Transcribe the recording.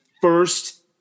first